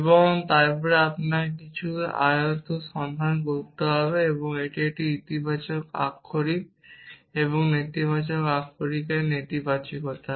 এবং তারপরে আপনাকে কিছু আয়াত সন্ধান করতে হবে এবং এটি একটি ইতিবাচক আক্ষরিক এবং নেতিবাচক আক্ষরিকের নেতিবাচকতা